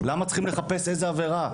למה צריכים לחפש איזה עבירה?